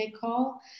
call